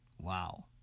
wow